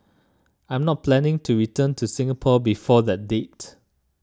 I'm not planning to return to Singapore before that date